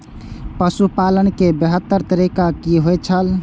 पशुपालन के बेहतर तरीका की होय छल?